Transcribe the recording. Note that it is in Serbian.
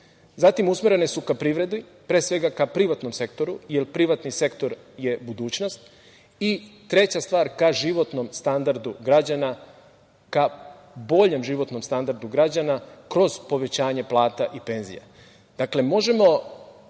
zatim usmerene su ka privredi, ka privatnom sektoru, jer privatni sektor je budućnost i, treća stvar, ka životnom standardu građana, ka boljem životnom standardu građana kroz povećanje plata i penzija. Dakle, možemo